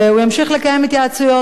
והוא ימשיך לקיים התייעצויות,